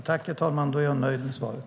Herr talman! Då är jag nöjd med svaret.